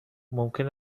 ممکن